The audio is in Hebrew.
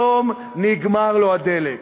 היום נגמר לו הדלק.